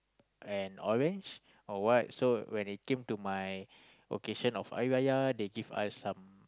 an orange or what so when it came to my occasion of Hari-Raya they give us some